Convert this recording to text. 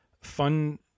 fun